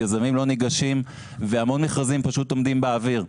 לכן יזמים לא ניגשים והמון מכרזים פשוט עומדים באוויר.